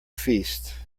feast